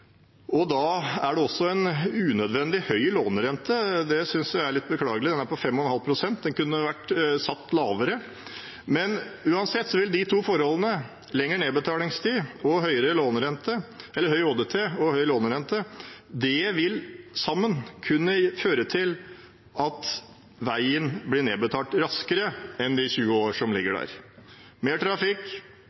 000. Da er det unødvendig høy lånerente, og det synes jeg er litt beklagelig. Den er 5,5 pst., den kunne ha vært satt lavere. Uansett vil de to forholdene – høy ÅDT og høy lånerente – sammen kunne føre til at veien blir nedbetalt raskere enn på de nevnte 20 årene. Mer trafikk